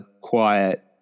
quiet